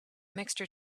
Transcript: mixture